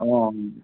অঁ